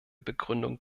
begründung